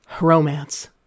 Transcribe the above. Romance